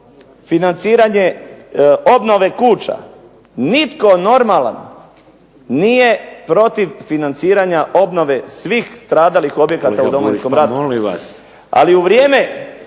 financiranje obnove kuća, nitko normalan nije protiv financiranja obnove svih stradalih objekata u Domovinskom ratu. **Šeks,